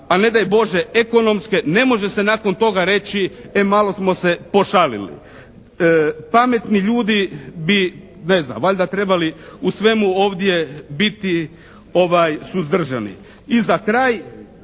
pa ne daj Bože ekonomske ne može se nakon toga reći e malo smo se pošalili. Pametni ljudi bi, ne znam, valjda trebali u svemu ovdje biti suzdržani. I za kraj